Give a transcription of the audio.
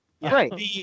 Right